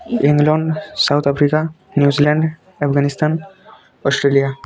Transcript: England South Africa New Zealand Afghanistan Australia